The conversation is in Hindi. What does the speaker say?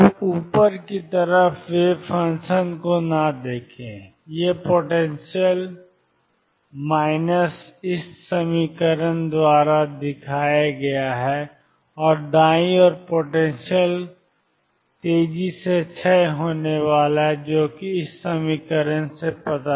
अब ऊपर की तरफ वेव फंक्शन को न देखें ये पोटेंशियल माइनस V0δxa V0δ हैं और दायीं तरफ पोटेंशियल का तेजी से क्षय होना है e 2mE2x